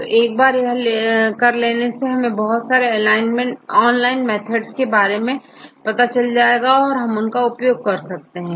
तो एक बार यह कर लेने से हम बहुत सारी ऑनलाइन मेथड का उपयोग कर सकते हैं